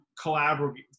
collaborate